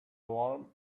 warm